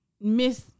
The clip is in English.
miss